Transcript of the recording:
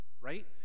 right